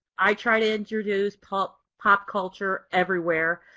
i try to introduce pop pop culture everywhere.